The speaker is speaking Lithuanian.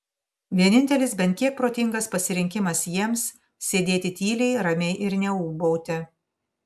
vienintelis bent kiek protingas pasirinkimas jiems sėdėti tyliai ramiai ir neūbauti